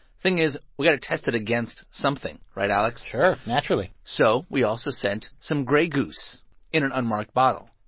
thing is we got to test it against something, right, alex? sure, naturally so we also sent some grey goose in an unmarked bottle.